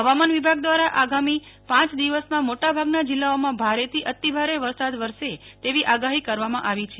હવામાન વિભાગ દ્વારા આગામી પાંચ દિવસમાં મોટા ભાગના જિલ્લાઓમાં ભારે થી અતિભારે વરસાદ વરસે તેવી આગાહી કરવામાં આવી છે